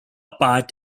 part